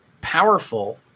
powerful